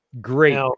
great